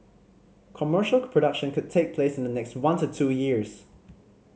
commercial production could take place in the next one to two years